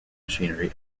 machinery